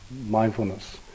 mindfulness